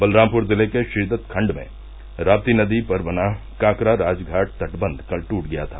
बलरामपुर जिले के श्रीद्त खंड में राप्ती नदी पर बना काकरा राजधाट तटबंध कल टूट गया था